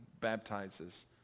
baptizes